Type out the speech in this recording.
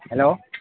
hello